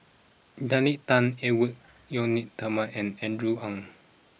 Nalla Tan Edwy Lyonet Talma and Andrew Ang